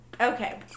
Okay